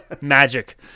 Magic